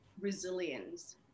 resilience